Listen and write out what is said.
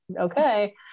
okay